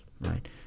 right